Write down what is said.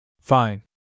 Fine